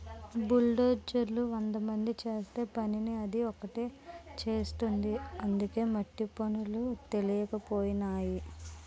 బుల్డోజర్లు వందమంది చేసే పనిని అది ఒకటే చేసేస్తుంది అందుకే మట్టి పనులు తెలికైపోనాయి